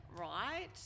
right